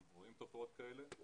אנחנו רואים תופעות כאלה.